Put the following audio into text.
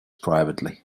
privately